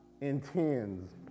intends